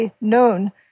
known